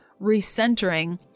recentering